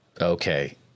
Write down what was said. Okay